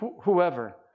whoever